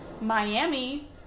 Miami